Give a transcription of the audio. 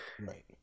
Right